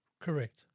correct